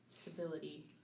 stability